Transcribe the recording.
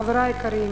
חברי היקרים,